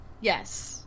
Yes